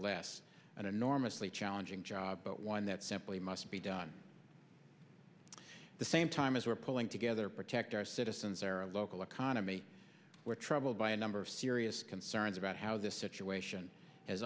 less an enormously challenging job but one that simply must be done the same time as we're pulling together protect our citizens or a local economy we're troubled by a number of serious concerns about how this situation has